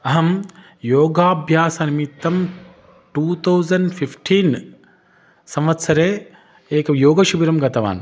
अहं योगाभ्यास निमित्तं टु तौसेण्ड् फ़िफ़्टीन् संवत्सरे एकं योगशिबिरं गतवान्